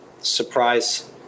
surprise